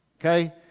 Okay